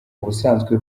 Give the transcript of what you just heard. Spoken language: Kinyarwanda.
ubusanzwe